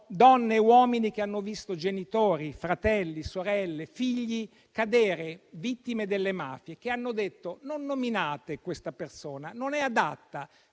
donne e uomini che hanno visto genitori, fratelli, sorelle, figli cadere vittime delle mafie e che hanno detto di non nominare questa persona, che non è adatta.